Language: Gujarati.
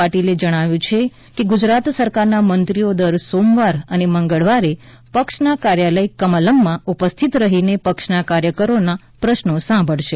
પાટિલે જણાવ્યું છે કે ગુજરાત સરકારના મંત્રીઓ દર સોમવાર અને મંગળવારે પક્ષના કાર્યાલય કમલમમાં ઉપસ્થિત રહીને પક્ષના કાર્યકરોના પ્રશ્નો સાંભળશે